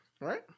right